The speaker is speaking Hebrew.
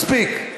מספיק.